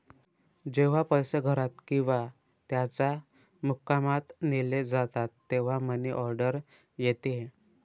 जेव्हा पैसे घरात किंवा त्याच्या मुक्कामात नेले जातात तेव्हा मनी ऑर्डर येते